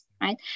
right